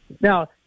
Now